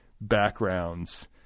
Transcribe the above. backgrounds